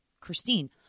Christine